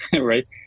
right